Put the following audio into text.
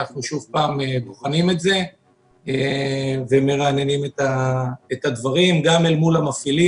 אנחנו בוחנים את זה ומרעננים את הדברים גם אל מול המפעילים,